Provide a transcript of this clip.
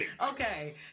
Okay